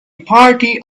party